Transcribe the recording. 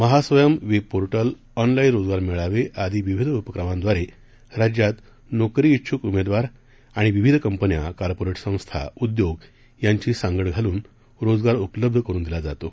Mahaswayam web portal online रोजगार मेळावे आदी विविध उपक्रमांद्वारे राज्यात नोकरी उंछूक उमेदवार आणि विविध कंपन्या कॉर्पोरेट संस्था उद्योग यांची सांगड घालून रोजगार उपलब्ध करुन दिला जातो